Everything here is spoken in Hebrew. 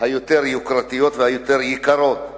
היוקרתיות והיקרות יותר,